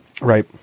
Right